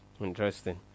Interesting